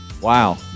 Wow